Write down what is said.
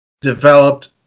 developed